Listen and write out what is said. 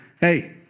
hey